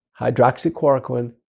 hydroxychloroquine